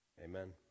amen